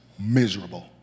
miserable